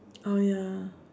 oh ya